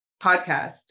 podcast